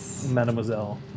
Mademoiselle